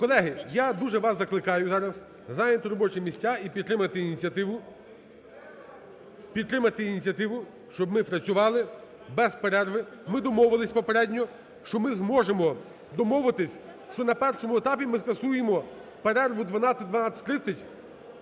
Колеги, я дуже вас закликаю зараз зайняти робочі місця і підтримати ініціативу, підтримати ініціативу, щоб ми працювали без перерви. Ми домовились попередньо, що ми зможемо домовитись, що на першому етапі ми скасуємо перерву 12-12.30